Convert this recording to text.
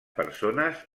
persones